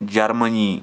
Germany